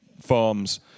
farms